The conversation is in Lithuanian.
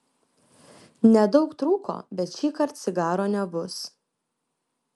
nedaug trūko bet šįkart cigaro nebus